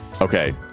Okay